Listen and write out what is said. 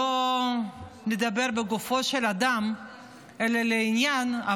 לא לדבר לגופו של אדם אלא לעניין,